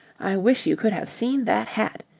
i wish you could have seen that hat.